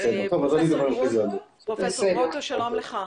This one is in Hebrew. פרופסור גרוטו, שלום לך.